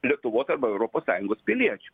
lietuvos arba europos sąjungos piliečiu